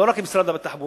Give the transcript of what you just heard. לא רק עם משרד התחבורה,